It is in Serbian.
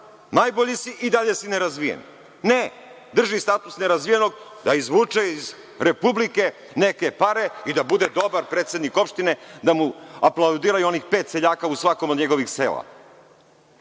Najbolji si i dalje si nerazvijen? Ne, drži status nerazvijenog da izvuče iz Republike neke pare i da bude dobar predsednik opštine, da mu aplaudiraju onih pet seljaka u svakom od njegovih sela.